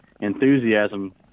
enthusiasm